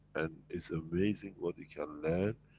and is amazing what you can learn,